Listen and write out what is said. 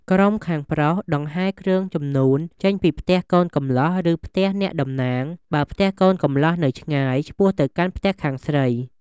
ក្រុមខាងប្រុសដង្ហែរគ្រឿងជំនូនចេញពីផ្ទះកូនកម្លោះ ឬផ្ទះអ្នកតំណាង បើផ្ទះកូនកម្លោះនៅឆ្ងាយ ឆ្ពោះទៅកាន់ផ្ទះខាងស្រី។